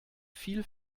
viel